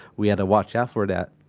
we have to watch out for that